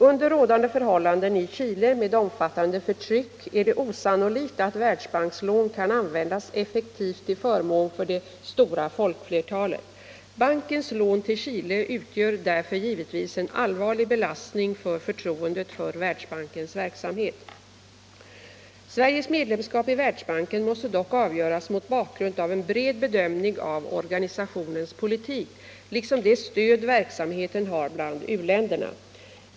Under rådande förhållanden i Chile med omfattande förtryck är det osannolikt att Världsbankslån kan användas effektivt till förmån för det stora folkflertalet. Bankens lån till Chile utgör därför givetvis en allvarlig belastning för förtroendet för Världsbankens verksamhet. Sveriges medlemskap i Världsbanken måste dock avgöras mot bakgrund av en bred bedömning av organisationens politik liksom det stöd verksamheten har bland u-länderna.